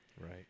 Right